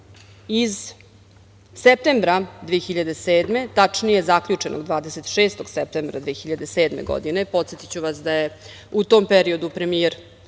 iz septembra 2007, tačnije zaključenog 26. septembra 2007. godine, podsetiću vas da je u tom periodu premijer